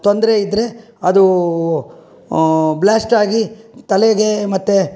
ತೊಂದರೆ ಇದ್ದರೆ ಅದು ಬ್ಲಾಸ್ಟಾಗಿ ತಲೆಗೆ ಮತ್ತು